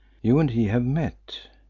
you and he have met.